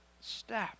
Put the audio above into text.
step